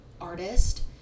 artist